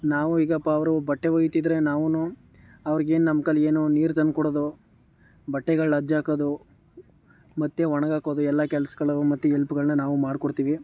ನಾವು ಈಗ ಪ ಅವರು ಬಟ್ಟೆ ಒಗೀತಿದ್ರೆ ನಾವು ಅವ್ರಿಗೇನು ನಮ್ಮ ಕೈಲಿ ಏನು ನೀರು ತಂದುಕೊಡೋದೋ ಬಟ್ಟೆಗಳ ಅದ್ದಿ ಹಾಕೋದು ಮತ್ತು ಒಣಗ್ಹಾಕೋದು ಎಲ್ಲ ಕೆಲ್ಸಗಳು ಮತ್ತು ಹೆಲ್ಪ್ಗಳ್ನ ನಾವು ಮಾಡ್ಕೊಡ್ತೀವಿ